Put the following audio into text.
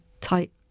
tight